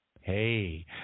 Hey